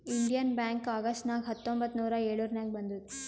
Indian Bank August ನಾಗ್ ಹತ್ತೊಂಬತ್ತ್ ನೂರಾ ಎಳುರ್ನಾಗ್ ಬಂದುದ್